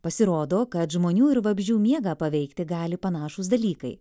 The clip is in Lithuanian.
pasirodo kad žmonių ir vabzdžių miegą paveikti gali panašūs dalykai